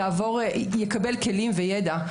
יקבל כלים וידע.